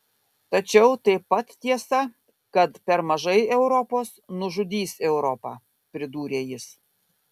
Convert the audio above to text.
tačiau taip pat tiesa kad per mažai europos nužudys europą pridūrė jis